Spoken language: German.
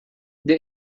der